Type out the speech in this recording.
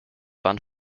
waren